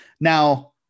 now